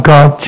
God